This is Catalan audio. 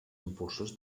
impulsors